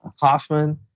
Hoffman